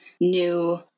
new